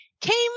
came